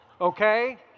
Okay